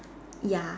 ya